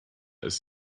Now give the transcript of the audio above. ist